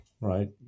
right